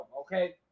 Okay